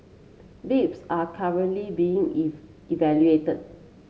bids are currently being if evaluated